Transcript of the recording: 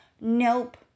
Nope